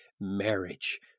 marriage